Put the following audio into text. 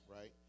right